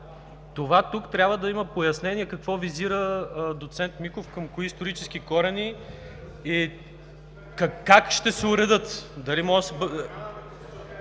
Това тук трябва да има пояснение какво визира доцент Михов, към кои исторически корени и как ще се уредят?